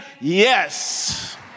yes